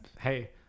hey